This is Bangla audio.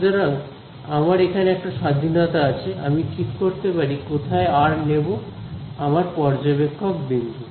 সুতরাং আমার এখানে একটা স্বাধীনতা আছে আমি ঠিক করতে পারি কোথায় আর নেব আমার পর্যবেক্ষক বিন্দু